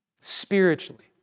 spiritually